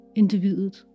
individet